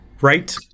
Right